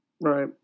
right